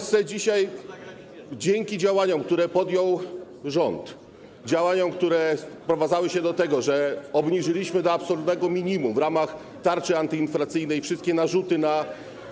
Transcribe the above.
- dzięki działaniom, które podjął rząd, działaniom, które sprowadzały się do tego, że obniżyliśmy do absolutnego minimum w ramach tarczy antyinflacyjnej wszystkie narzuty na